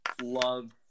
love